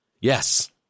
Yes